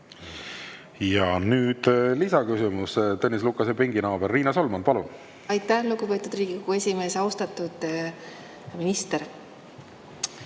Nüüd lisaküsimus. Tõnis Lukase pinginaaber Riina Solman, palun! Aitäh, lugupeetud Riigikogu esimees! Austatud minister!